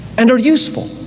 and are useful,